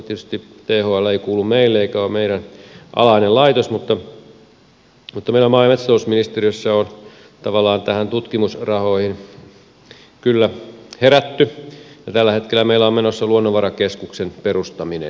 tietysti thl ei kuulu meille eikä ole meidän alainen laitos mutta meillä maa ja metsätalousministeriössä on tavallaan näihin tutkimusrahoihin kyllä herätty ja tällä hetkellä meillä on menossa luonnonvarakeskuksen perustaminen